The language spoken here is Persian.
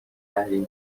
تحریم